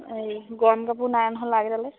এই গৰম কাপোৰ নাই নহয় ল'ৰাকেইটালৈ